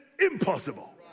impossible